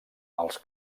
als